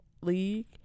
league